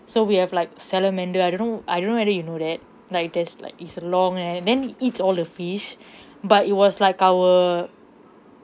so we have like salamander I don't know I don't you know whether you know that like there's like it's a long eh then it eats all the fish but it was like our